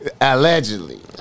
Allegedly